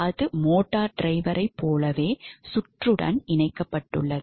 இது மோட்டார் டிரைவரைப் போலவே சுற்றுடன் இணைக்கப்பட்டுள்ளது